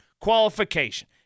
qualification